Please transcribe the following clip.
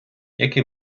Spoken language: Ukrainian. який